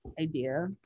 idea